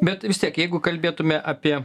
bet vis tiek jeigu kalbėtume apie